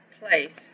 place